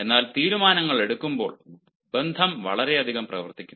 എന്നാൽ തീരുമാനങ്ങൾ എടുക്കുമ്പോൾ ബന്ധം വളരെയധികം പ്രവർത്തിക്കുന്നു